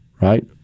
right